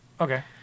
Okay